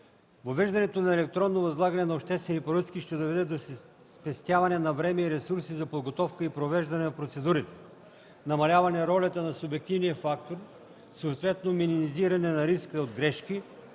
Въвеждането на електронно възлагане на обществени поръчки ще доведе до спестяване на време и ресурси за подготовка и провеждане на процедурите; намаляване ролята на субективния фактор, съответно минимизиране на риска от грешки;